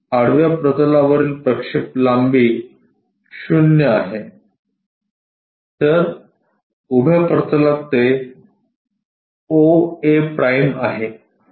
तर आडव्या प्रतलावरील प्रक्षेप लांबी 0 आहे तर उभ्या प्रतलात ते oa' आहे